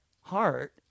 heart